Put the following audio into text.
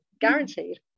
guaranteed